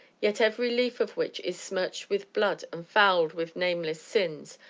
yet every leaf of which is smirched with blood and fouled with nameless sins,